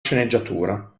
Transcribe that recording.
sceneggiatura